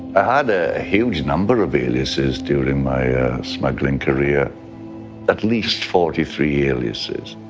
i had a huge number of aliases during my smuggling career at least forty three aliases,